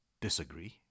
disagree